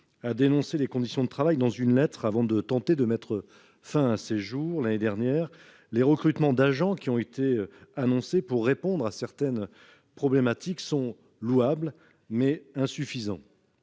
a dénoncé ses conditions de travail dans une lettre avant de tenter de mettre fin à ses jours, les recrutements d'agents qui ont été annoncés pour répondre aux besoins sont certes louables, mais insuffisants.